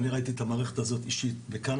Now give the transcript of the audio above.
אני באופן אישי ראיתי את המערכת הזאת שעובדת בקנדה.